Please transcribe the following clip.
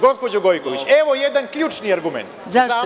Gospođo Gojković, evo jedan ključni argument.